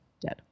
dead